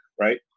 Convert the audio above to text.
Right